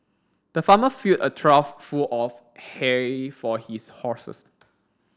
the farmer filled a trough full of hay for his horses